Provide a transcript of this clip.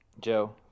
Joe